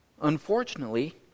Unfortunately